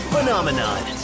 Phenomenon